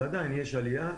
עדיין, יש עלייה,